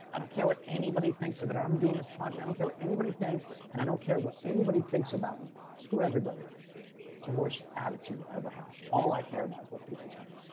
i don't care what anybody thinks of it. i'm doing this project. i don't care what anybody thinks and i don't care what anybody thinks about me. screw everybody. it's the worst attitude to ever have. all i care about is what people think.